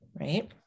Right